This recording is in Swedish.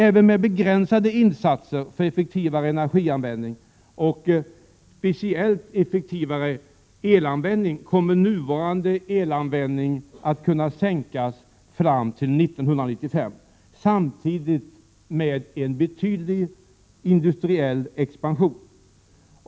Även med begränsade insatser för effektivare energianvändning, och speciellt för effektivare elanvändning, kommer nuvarande elanvändning att kunna sänkas fram till 1995 samtidigt med en betydande industriell expansion.